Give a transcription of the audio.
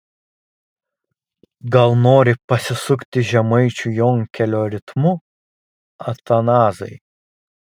gal nori pasisukti žemaičių jonkelio ritmu atanazai